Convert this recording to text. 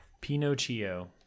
Pinocchio